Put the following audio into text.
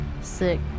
Sick